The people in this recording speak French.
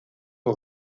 aux